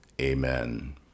Amen